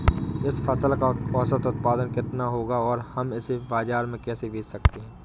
इस फसल का औसत उत्पादन कितना होगा और हम इसे बाजार में कैसे बेच सकते हैं?